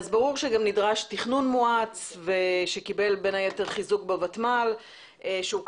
ברור שגם נדרש תכנון מואץ שקיבל בין היתר חיזוק בוותמ"ל שהוקם